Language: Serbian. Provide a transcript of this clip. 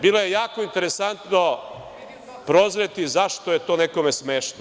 Bilo je jako interesantno prozreti zašto je to nekome smešno.